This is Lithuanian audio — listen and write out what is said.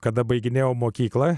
kada baiginėjau mokyklą